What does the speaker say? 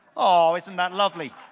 aww, isn't that lovely?